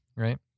right